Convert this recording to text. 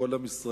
לכל עם ישראל,